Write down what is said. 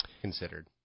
considered